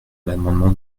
l’amendement